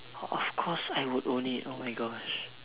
of course I would own it oh my gosh